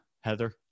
Heather